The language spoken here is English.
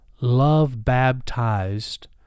love-baptized